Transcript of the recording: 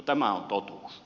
tämä on totuus